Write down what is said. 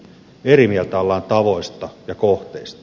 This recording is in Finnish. eri mieltä ollaan tavoista ja kohteista